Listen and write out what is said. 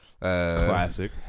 Classic